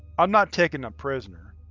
i'm not taking them prisoner,